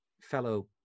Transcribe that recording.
fellow